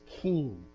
king